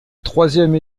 troisième